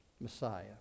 Messiah